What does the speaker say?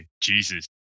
Jesus